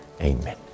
Amen